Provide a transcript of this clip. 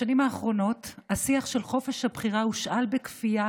בשנים האחרונות השיח של חופש הבחירה הושאל בכפייה